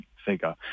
figure